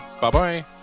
Bye-bye